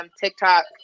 TikTok